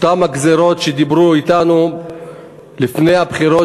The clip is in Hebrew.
אותן הגזירות שדיברו אתנו עליהן לפני הבחירות,